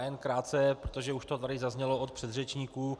Jen krátce, protože to tady už zaznělo od předřečníků.